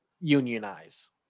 unionize